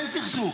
אין סכסוך.